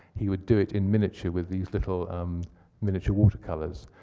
he would do it in miniature with these little um miniature watercolors.